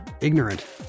ignorant